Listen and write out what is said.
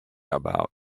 about